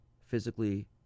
physically